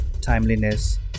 timeliness